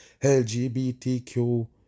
LGBTQ